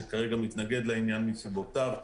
שכרגע מתנגד לעניין מסיבותיו,